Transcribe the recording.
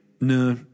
no